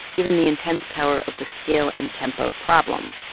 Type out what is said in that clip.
given the intense power of the scale and tempo problem?